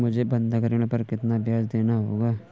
मुझे बंधक ऋण पर कितना ब्याज़ देना होगा?